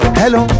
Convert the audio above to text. hello